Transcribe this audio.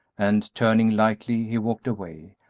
and, turning lightly, he walked away,